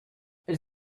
elle